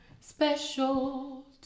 special